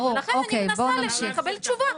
ולכן אני מנסה לקבל תשובה,